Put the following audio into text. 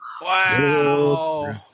Wow